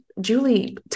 Julie